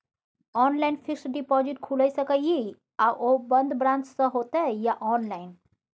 Online fixed deposit खुईल सके इ आ ओ बन्द ब्रांच स होतै या ऑनलाइन?